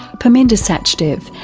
perminder sachdev,